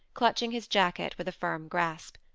clutching his jacket with a firm grasp.